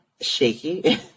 shaky